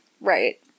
Right